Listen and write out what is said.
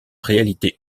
réalité